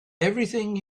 everything